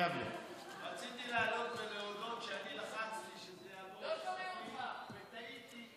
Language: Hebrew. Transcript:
רציתי לעלות ולהודות שאני לחצתי שזה יעבור לכספים וטעיתי,